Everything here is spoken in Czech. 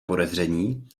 podezření